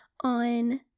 on